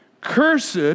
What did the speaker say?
cursed